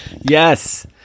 Yes